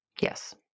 Yes